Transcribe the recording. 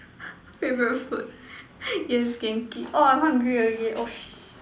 favourite food yes Genki oh I'm hungry again oh shit